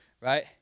right